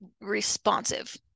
responsive